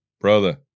brother